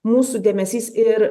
mūsų dėmesys ir